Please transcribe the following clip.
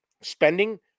spending